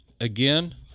again